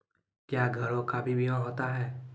क्या घरों का भी बीमा होता हैं?